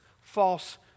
false